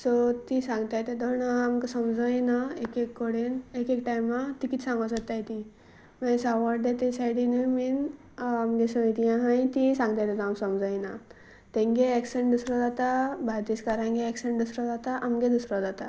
so ती सांगताय ते तोण आमकां समजो यना एक एक कोडेन एक एक टायमा तिकितच सांगों सोदताय तीं मागीर सावडडे ते सायडीनूय बेन आमगे सोयती हांय तीं सांगताय ते हांव समजोयना तेंगे एक्सेंणट दुसरो जाता भायदेसकारांांगे एक्सेंणट दुसरो जाता आमगे दुसरो जाता